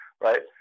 right